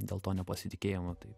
dėl to nepasitikėjimo tai